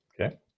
Okay